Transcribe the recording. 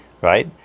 Right